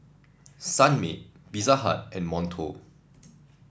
Sunmaid Pizza Hut and Monto